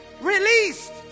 released